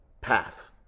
Pass